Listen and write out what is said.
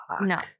No